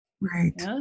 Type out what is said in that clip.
Right